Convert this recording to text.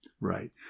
Right